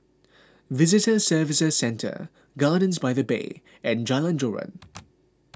Visitor Services Centre Gardens by the Bay and Jalan Joran